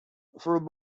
through